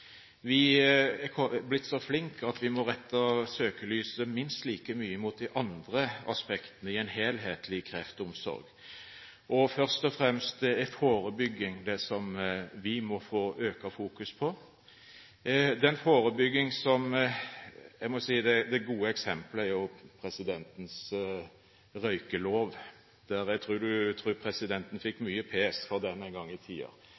vi er veldig flinke i behandling av kreft. Vi har blitt så flinke at vi må rette søkelyset minst like mye mot de andre aspektene i en helhetlig kreftomsorg. Først og fremst må vi få økt fokus på forebygging. Det gode eksempelet er presidentens røykelov, som jeg tror presidenten fikk mye pes for en gang i